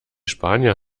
spanier